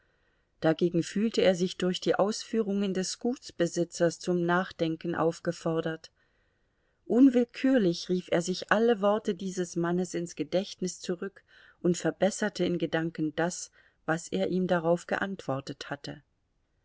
dagegen fühlte er sich durch die ausführungen des gutsbesitzers zum nachdenken aufgefordert unwillkürlich rief er sich alle worte dieses mannes ins gedächtnis zurück und verbesserte in gedanken das was er ihm darauf geantwortet hatte